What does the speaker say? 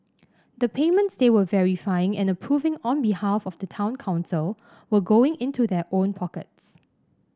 the payments they were verifying and approving on behalf of the town council were going into their own pockets